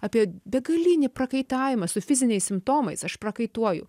apie begalinį prakaitavimą su fiziniais simptomais aš prakaituoju